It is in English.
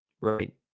right